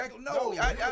no